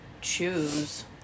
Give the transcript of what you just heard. choose